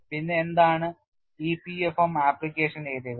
പിന്നെ എന്താണ് EPFM application ഏരിയകൾ